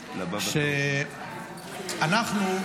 שאנחנו,